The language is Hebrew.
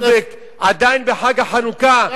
אנחנו עדיין בחג החנוכה,